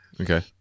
okay